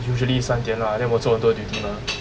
usually 三点 lah then 我做很多 duty mah